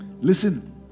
listen